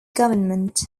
government